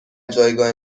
جایگاه